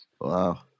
Wow